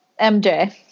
MJ